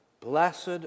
blessed